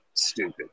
stupid